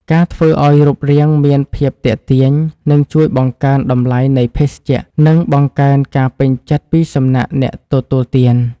ការធ្វើឱ្យរូបរាងមានភាពទាក់ទាញនឹងជួយបង្កើនតម្លៃនៃភេសជ្ជៈ និងបង្កើនការពេញចិត្តពីសំណាក់អ្នកទទួលទាន។